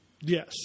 Yes